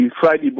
Friday